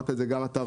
אמרת את זה גם אתה,